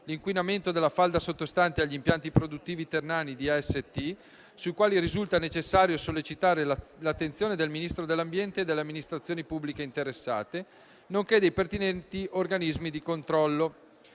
l'inquinamento della falda sottostante agli impianti produttivi ternani di AST (sui quali risulta necessario sollecitare l'attenzione del Ministro dell'ambiente e delle amministrazione pubbliche interessate, nonché dei pertinenti organismi di controllo),